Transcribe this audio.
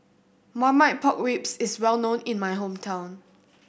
Marmite Pork Ribs is well known in my hometown